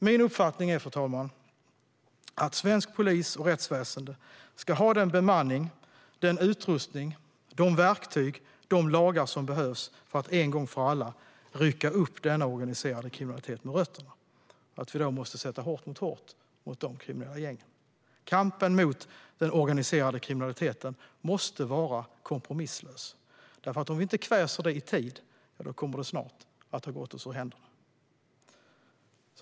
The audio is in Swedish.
Min uppfattning, fru talman, är att svensk polis och svenskt rättsväsen ska ha den bemanning, den utrustning, de verktyg och de lagar som behövs för att en gång för alla rycka upp den organiserade kriminaliteten med rötterna. Vi måste sätta hårt mot hårt mot dessa kriminella gäng. Kampen mot den organiserade kriminaliteten måste vara kompromisslös, för om vi inte kväser detta i tid kommer det snart att gå oss ur händerna.